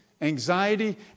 anxiety